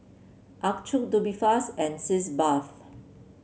Accucheck Tubifast and Sitz Bath